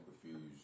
confused